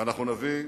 ואנחנו נביא,